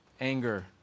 anger